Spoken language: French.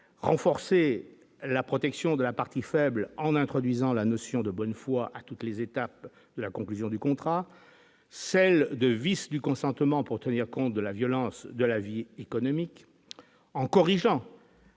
renforcer la protection de la partie faibles, en introduisant la notion de bonne foi à toutes les étapes de la conclusion du contrat, celle de vice du consentement pour tenir compte de la violence de la vie économique, en corrigeant